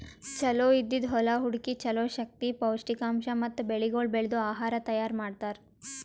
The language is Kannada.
ಚಲೋ ಇದ್ದಿದ್ ಹೊಲಾ ಹುಡುಕಿ ಚಲೋ ಶಕ್ತಿ, ಪೌಷ್ಠಿಕಾಂಶ ಮತ್ತ ಬೆಳಿಗೊಳ್ ಬೆಳ್ದು ಆಹಾರ ತೈಯಾರ್ ಮಾಡ್ತಾರ್